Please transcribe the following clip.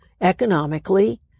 economically